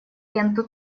ленту